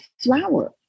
flower